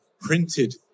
printed